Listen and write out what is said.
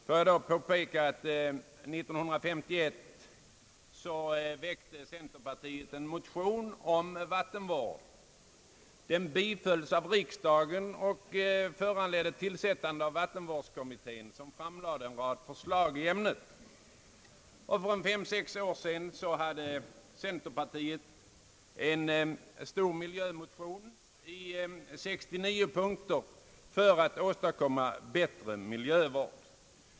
Får jag då påpeka att centerpartiet 1951 väckte en motion om vattenvården. Den bifölls av riksdagen och föranledde tillsättande av vattenvårdskommittén, som framlade en rad förslag i ämnet. För fem, sex år sedan framlade centerpartiet en stor miljömotion i 69 punkter för att åstadkomma bättre miljövård.